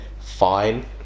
Fine